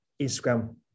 Instagram